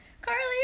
Carly